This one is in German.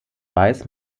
weiß